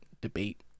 debate